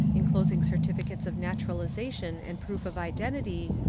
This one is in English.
enclosing certificates of naturalization and proof of identity,